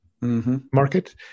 market